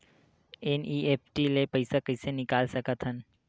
NEFT ले पईसा कइसे निकाल सकत हन?